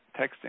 texting